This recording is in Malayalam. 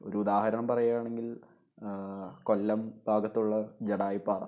ഒരു ഉദാഹരണം പറയുകയാണെങ്കിൽ കൊല്ലം ഭാഗത്തുള്ള ജടായിപ്പാറ